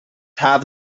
have